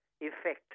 effect